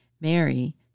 Mary